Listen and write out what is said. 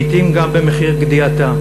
לעתים גם במחיר גדיעתה.